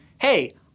hey